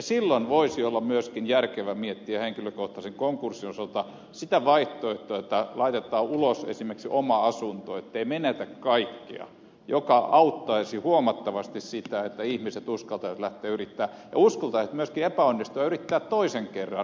silloin voisi olla myöskin järkevää miettiä henkilökohtaisen konkurssin osalta sitä vaihtoehtoa että laitetaan ulos esimerkiksi oma asunto ettei menetä kaikkea mikä auttaisi huomattavasti sitä että ihmiset uskaltaisivat lähteä yrittämään ja uskaltaisivat myöskin epäonnistua ja yrittää toisen kerran